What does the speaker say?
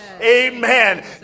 Amen